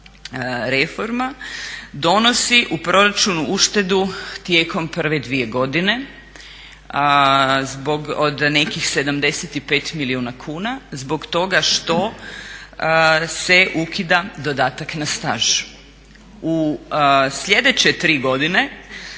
reforma donosi u proračunu uštedu tijekom prve dvije godine zbog od nekih 75 milijuna kuna zbog toga što se ukida dodatak na staž. U sljedeće tri godine